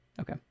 Okay